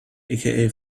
aka